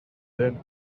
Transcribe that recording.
then